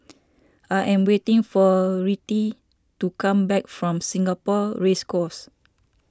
I am waiting for Rettie to come back from Singapore Race Course